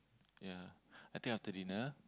ya I think after dinner